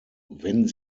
wenn